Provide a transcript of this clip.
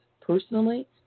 Personally